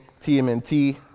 TMNT